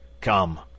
Come